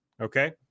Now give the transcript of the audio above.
Okay